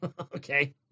okay